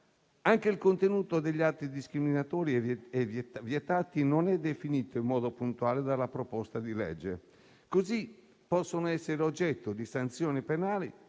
Anche il contenuto degli atti discriminatori e vietati non è definito in modo puntuale dal disegno di legge: così possono essere oggetto di sanzioni penali